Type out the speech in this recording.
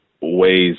ways